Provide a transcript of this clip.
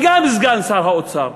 וגם סגן שר האוצר,